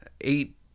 eight